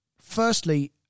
firstly